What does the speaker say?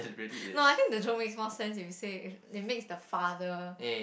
no I think the joke makes more sense if you say it makes the father